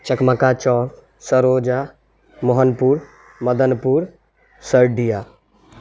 چکمکا چوک سروجا Mohanpur Madanpur سرڈیا